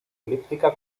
elíptica